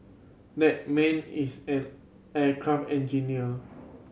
that man is an aircraft engineer